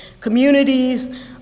communities